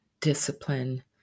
discipline